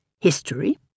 history